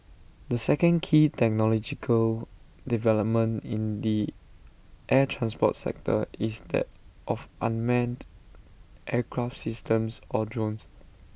the second key technological development in the air transport sector is that of unmanned aircraft systems or drones